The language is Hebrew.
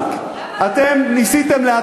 אתם ניסיתם פה,